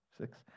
Six